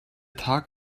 tag